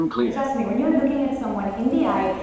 and trust me, when you are looking at someone in the eye,